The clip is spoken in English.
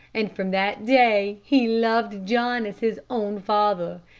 and from that day he loved john as his own father.